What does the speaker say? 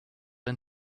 and